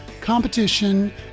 competition